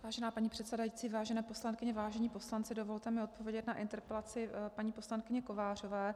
Vážená paní předsedající, vážené poslankyně, vážení poslanci, dovolte mi odpovědět na interpelaci paní poslankyně Kovářové.